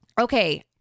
Okay